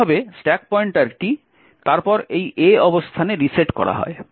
এইভাবে স্ট্যাক পয়েন্টারটি তারপর এই A অবস্থানে রিসেট করা হয়